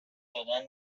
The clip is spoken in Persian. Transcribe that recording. دادن